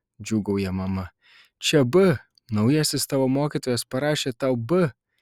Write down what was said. džiūgauja mama čia b naujasis tavo mokytojas parašė tau b